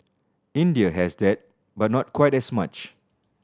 India has that but not quite as much